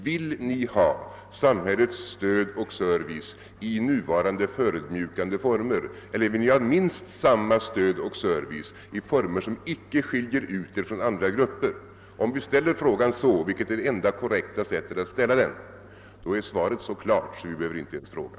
Vill ni ha samhällets stöd och service i nuvarande förödmjukande former eller vill ni ha minst samma stöd och service i former som icke skiljer ut er från andra grupper? Om vi formulerar frågan så — vilket är det enda korrekta sättet att formulera den — är svaret så klart att vi inte ens behöver fråga.